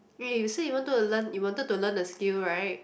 wait you say you wanted to learn you wanted to learn a skill right